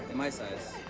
my size.